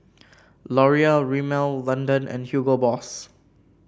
Laurier Rimmel London and Hugo Boss